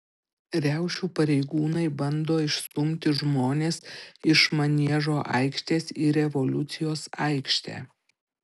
riaušių pareigūnai bando išstumti žmones iš maniežo aikštės į revoliucijos aikštę